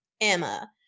Emma